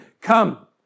Come